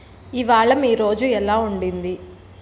ఇవాళ మీ రోజు ఎలా ఉండింది